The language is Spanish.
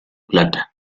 plata